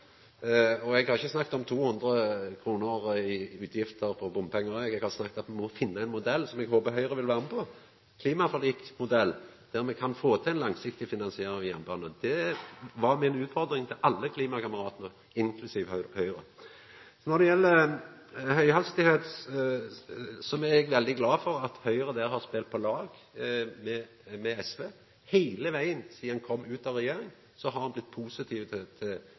skyld. Eg har ikkje snakka om 200 kr i utgifter når det gjeld bompengar, eg har snakka om at me må finna ein modell som eg håpar Høgre vil vera med på – ein klimaforliksmodell – der me kan få til ei langsiktig finansiering av jernbanen. Det var mi utfordring til alle klimakameratene, inklusiv Høgre. Når det gjeld høgfartstog, er me veldig glade for at Høgre der har spelt på lag med SV. Heile vegen sidan dei kom ut av regjering, har dei vore positive til